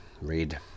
read